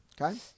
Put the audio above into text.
okay